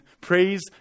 Praise